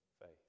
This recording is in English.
faith